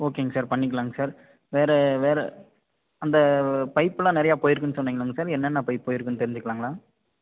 ஓகேங்க சார் பண்ணிக்கலாங்க சார் வேறே வேறே அந்த பைப்புலாம் நிறையா போயிருக்குன்னு சொன்னீங்கள்லங்க சார் என்னென்ன பைப்பு போயிருக்குதுன்னு தெரிஞ்சிக்கலாங்களா